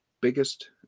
biggest